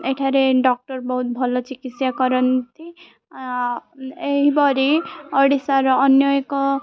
ଏଠାରେ ଡକ୍ଟର ବହୁତ ଭଲ ଚିକିତ୍ସା କରନ୍ତି ଏହିପରି ଓଡ଼ିଶାର ଅନ୍ୟ ଏକ